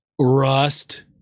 Rust